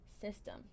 system